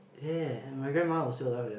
ya my grandma was still alive at that time